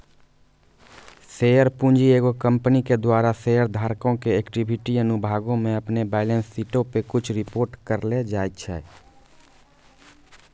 share पूंजी एगो company के द्वारा शेयर धारको के इक्विटी अनुभागो मे अपनो बैलेंस शीटो पे रिपोर्ट करलो जाय छै